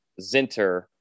Zinter